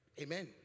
Amen